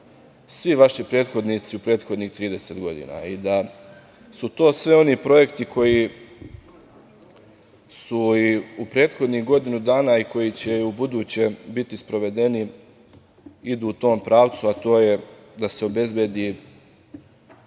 svi vaši prethodnici u prethodnih 30 godina. To su sve oni projekti koji su i u prethodnih godinu dana i koji će i ubuduće biti sprovedeni, a koji idu u tom pravcu, a to je da se obezbedi